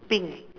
pink